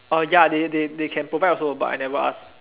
uh ya they they they can provide also but I never ask